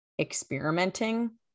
experimenting